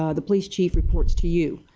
ah the police chief reports to you.